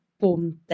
ponte